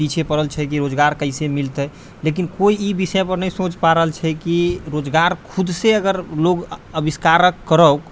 पीछे पड़ल छै कि रोजगार कैसे मिलतै लेकिन कोइ ई विषय पर नहि सोचि पाबि रहल छै कि रोजगार खुदसँ अगर लोग आविष्कारक करौ